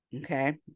Okay